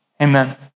amen